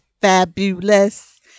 fabulous